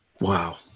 Wow